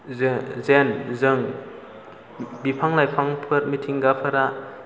जेन जों बिफां लाइफांफोर मिथिंगाफोरा